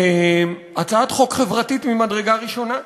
הצעת חוק חברתית ממדרגה ראשונה.